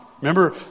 Remember